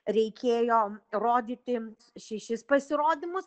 reikėjo rodyti šešis pasirodymus